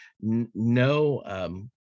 no